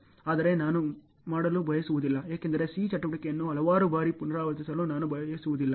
ಆದರೆ ನಾನು ಮಾಡಲು ಬಯಸುವುದಿಲ್ಲ ಏಕೆಂದರೆ C ಚಟುವಟಿಕೆಯನ್ನು ಹಲವಾರು ಬಾರಿ ಪುನರಾವರ್ತಿಸಲು ನಾನು ಬಯಸುವುದಿಲ್ಲ